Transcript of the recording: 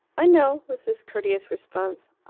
i know, was his courteous response.